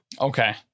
Okay